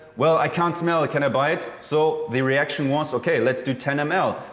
well, i can't smell it. can i buy it? so, the reaction was okay. let's do ten ml.